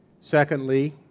Secondly